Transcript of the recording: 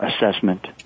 assessment